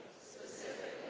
specific